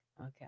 Okay